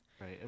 Right